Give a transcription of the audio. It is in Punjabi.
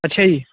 ਅੱਛਾ ਜੀ